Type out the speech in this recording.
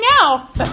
now